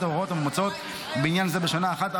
ההוראות המאומצות בעניין זה בשנה אחת,